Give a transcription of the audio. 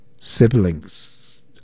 siblings